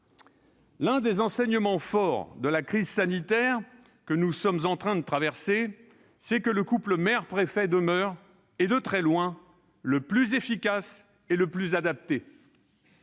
L'un des enseignements forts de la crise sanitaire que nous sommes en train de traverser, c'est que le couple maire-préfet demeure, et de très loin, le plus efficace et le plus adapté.